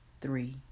three